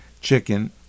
chicken